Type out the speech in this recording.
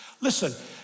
Listen